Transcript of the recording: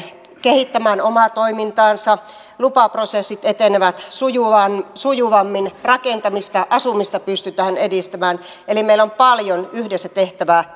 kehittämään omaa toimintaansa lupaprosessit etenevät sujuvammin sujuvammin rakentamista asumista pystytään edistämään eli meillä on paljon yhdessä tehtävää